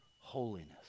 holiness